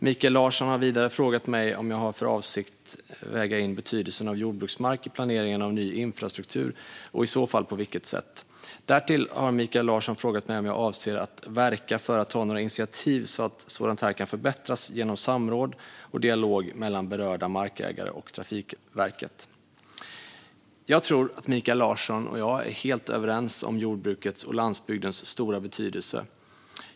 Mikael Larsson har vidare frågat mig om jag har för avsikt att väga in betydelsen av jordbruksmark i planeringen av ny infrastruktur och i så fall på vilket sätt. Därtill har Mikael Larsson frågat mig om jag avser att verka för att ta några initiativ så att sådant här kan förbättras genom samråd och dialog mellan berörda markägare och Trafikverket. Jag tror att Mikael Larsson och jag är helt överens om jordbrukets och landsbygdens stora betydelse.